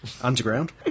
underground